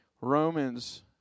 Romans